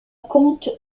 compte